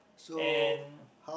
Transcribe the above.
and